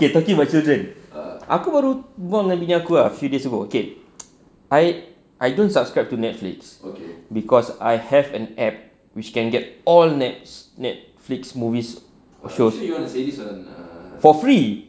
okay talking about children aku baru berbual dengan bini aku a few days ago okay I I don't subscribe to Netflix cause I have an app which can get all nets~ netflix movies or shows for free